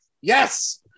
Yes